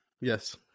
Yes